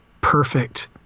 perfect